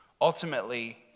Ultimately